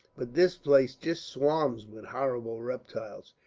but this place just swarms with horrible reptiles.